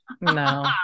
No